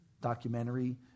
documentary